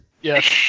Yes